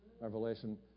Revelation